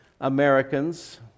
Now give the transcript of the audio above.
Americans